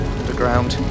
underground